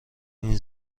این